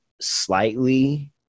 slightly